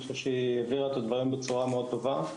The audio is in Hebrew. אני חושב שהיא הבהירה את הדברים בצורה מאוד טובה,